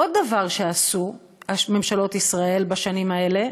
עוד דבר שעשו ממשלות ישראל בשנים האלה,